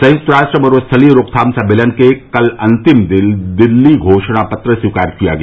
संयुक्त राष्ट्र मरूस्थलीकरण रोकथाम सम्मेलन के कल अंतिम दिन दिल्ली घोषणा पत्र स्वीकार किया गया